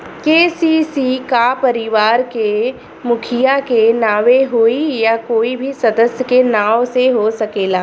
KCC का परिवार के मुखिया के नावे होई या कोई भी सदस्य के नाव से हो सकेला?